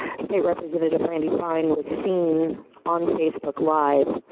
stated representative randy fine was seen on facebook live.